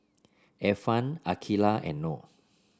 Irfan Aqeelah and Noh